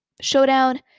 showdown